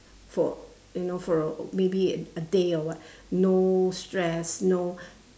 for you know for a maybe a day or what no stress no